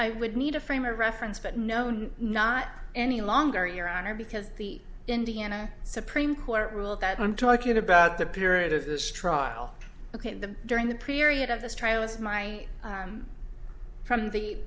i would need a frame of reference but no no not any longer your honor because the indiana supreme court ruled that i'm talking about the period of this trial ok the during the period of this trial was my from the